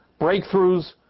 breakthroughs